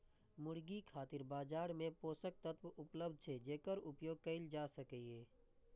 मुर्गी खातिर बाजार मे पोषक तत्व उपलब्ध छै, जेकर उपयोग कैल जा सकैए